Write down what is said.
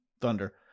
thunder